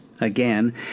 again